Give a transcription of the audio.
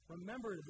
Remember